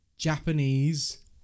Japanese